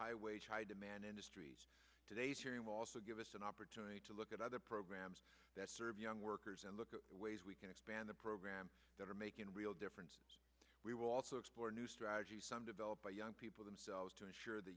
high wage high demand industries today's hearing also give us an opportunity to look at other programs that serve young workers and look at ways we can expand the program that are making a real difference we will also explore new strategies some develop by young people themselves to make sure the